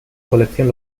colección